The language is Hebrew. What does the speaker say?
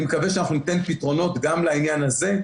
אני מקווה שאנחנו ניתן פתרונות גם לעניין הזה,